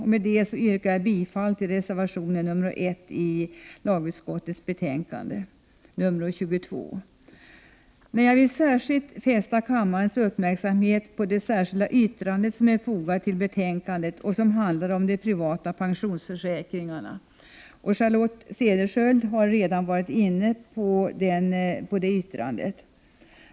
Jag yrkar bifall till reservation 1 i lagutskottets betänkande 22. Jag vill dock särskilt fästa kammarens uppmärksamhet på det särskilda yttrande som är fogat till betänkandet och som handlar om de privata pensionsförsäkringarna. Charlotte Cederschiöld har redan varit inne på detta yttrande.